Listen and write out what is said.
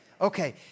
Okay